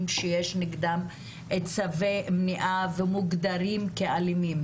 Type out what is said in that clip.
שיש נגדם צווי מניעה ומוגדרים כאלימים.